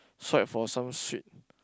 swipe for some sweet